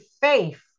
faith